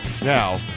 Now